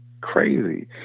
crazy